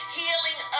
healing